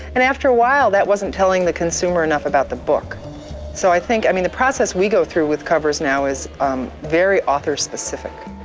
and after a while that wasn't telling the consumer enough about the book so i think, i mean the process we go through with covers now is very author specific.